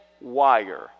wire